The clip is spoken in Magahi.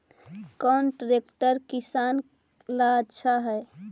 कौन ट्रैक्टर किसान ला आछा है?